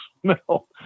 smell